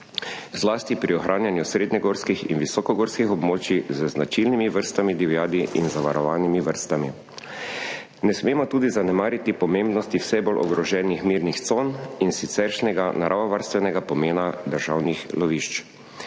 zlasti pri ohranjanju srednjegorskih in visokogorskih območij z značilnimi vrstami divjadi in zavarovanimi vrstami. Ne smemo tudi zanemariti pomembnosti vse bolj ogroženih mirnih con in siceršnjega naravovarstvenega pomena državnih lovišč.